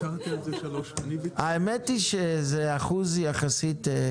זה אחוז סביר יחסית.